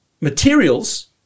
materials